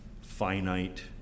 finite